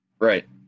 Right